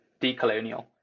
decolonial